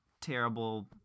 terrible